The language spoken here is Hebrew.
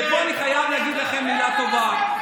ופה אני חייב להגיד לכם מילה טובה.